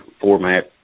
format